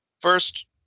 first